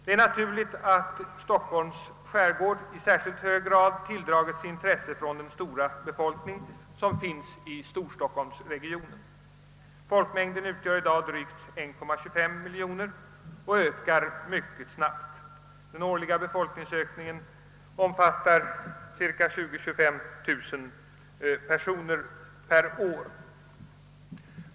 Det är naturligt att Stockholms skärgård i särskilt hög grad tilldragit sig intresse från den talrika befolkningen i storstockholmsregionen, som i dag uppgår till 1,25 miljon och som ökar mycket snabbt — med 20 000—25 000 personer om året.